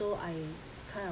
so I kind of